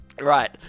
right